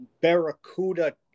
barracuda